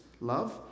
love